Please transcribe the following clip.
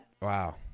Wow